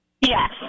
Yes